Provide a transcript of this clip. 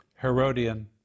Herodian